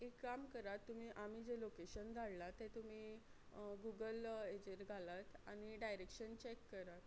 एक काम करात तुमी आमी जे लोकेशन धाडला तें तुमी गुगल हेजेर घालात आनी डायरेक्शन चॅक करात